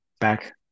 back